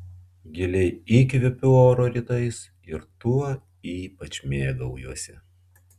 giliai įkvepiu oro rytais ir tuo ypač mėgaujuosi